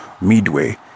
midway